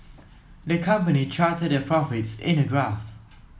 the company charted their profits in a graph